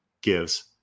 gives